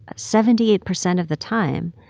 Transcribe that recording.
ah seventy eight percent of the time,